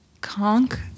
Conk